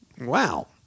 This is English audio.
Wow